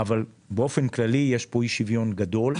באופן כללי יש פה אי שוויון גדול.